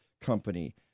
Company